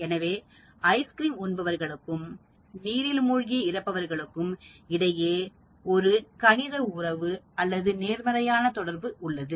எனவே ஐஸ்கிரீம் உண்பவர்களுக்கும் நீரில் மூழ்கி இறப்பவர்களுக்கு இடையே ஒரு கணித உறவு அல்லது நேர்மறையான தொடர்பு உள்ளது